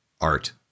art